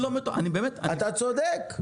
לא, אני באמת --- אתה צודק.